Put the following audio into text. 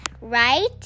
right